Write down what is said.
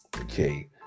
Okay